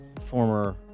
former